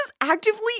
actively